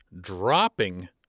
dropping